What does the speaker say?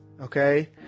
Okay